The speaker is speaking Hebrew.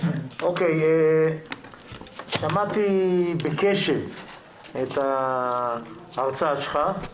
שמעתי בקשב את ההרצאה שלך.